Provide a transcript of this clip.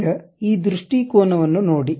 ಈಗ ಈ ದೃಷ್ಟಿಕೋನವನ್ನು ನೋಡಿ